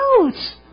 out